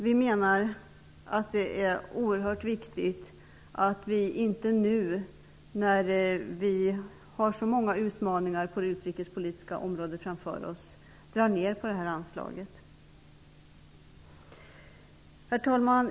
Vi tycker att det är oerhört viktigt att vi inte nu när vi har så många utmaningar på det utrikespolitiska området framför oss drar ned på anslaget. Herr talman!